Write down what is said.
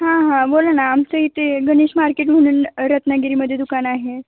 हां हां बोला ना आमचं इथे गणेश मार्केट म्हणून रत्नागिरीमध्ये दुकान आहे